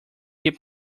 keep